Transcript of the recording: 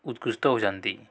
ଉତ୍କୃଷ୍ଟ ହେଉଛନ୍ତି